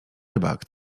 rybak